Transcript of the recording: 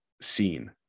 seen